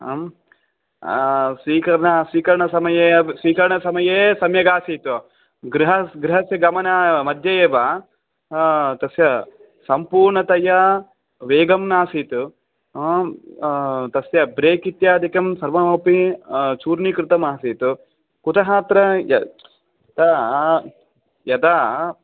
आम् स्वीकरण स्वीकरण समये स्वीकरण समये सम्यगासीत् गृह गृहस्य गमनमध्ये एव तस्य सम्पूर्णतया वेगं नासीत् आम् तस्य ब्रेक् इत्यादिकम् सर्वमपि चूर्णीकृतम् आसीत् कुतः अत्र यदा यदा